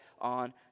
on